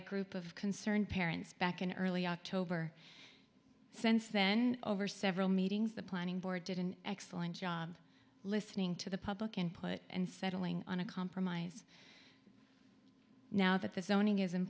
a group of concerned parents back in early october since then over several meetings the planning board did an excellent job listening to the public input and settling on a compromise now th